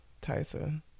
tyson